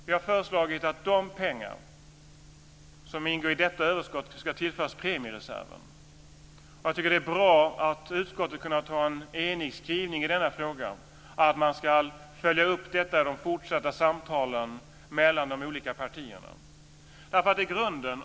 Vi har föreslagit att de pengar som ingår i detta överskott ska tillföras premiereserven. Jag tycker att det är bra att utskottet har kunnat ha en enig skrivning i denna fråga att man ska följa upp detta i de fortsatta samtalen mellan de olika partierna.